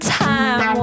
time